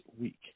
week